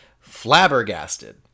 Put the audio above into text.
flabbergasted